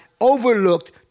overlooked